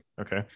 okay